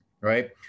right